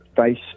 face